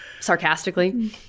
sarcastically